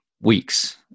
weeks